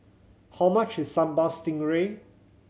how much is Sambal Stingray